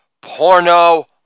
porno